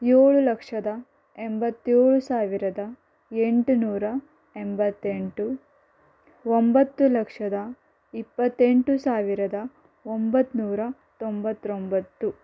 ಏಳು ಲಕ್ಷದ ಎಂಬತ್ತೇಳು ಸಾವಿರದ ಎಂಟುನೂರ ಎಂಬತ್ತೆಂಟು ಒಂಬತ್ತು ಲಕ್ಷದ ಇಪ್ಪತ್ತೆಂಟು ಸಾವಿರದ ಒಂಬತ್ನೂರ ತೊಂಬತ್ತೊಂಬತ್ತು